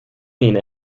mean